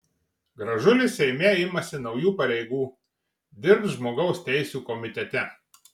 gražulis seime imasi naujų pareigų dirbs žmogaus teisių komitete